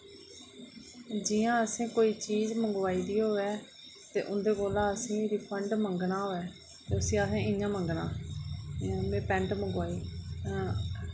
जि'यां असें कोई चीज मंगोआई दी होवै ते उं'दे कोला असें रिफंड मंगना होऐ ते उस्सी असें इ'यां मंगना में पैंट मंगोआई